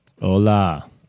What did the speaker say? hola